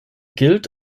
gilt